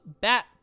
Bat